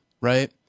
right